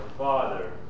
Father